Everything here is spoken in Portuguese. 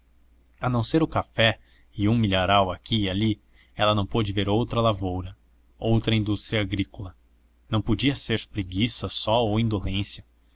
a não ser o café e um milharal aqui e ali ela não pôde ver outra lavoura outra indústria agrícola não podia ser preguiça só ou indolência